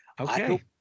okay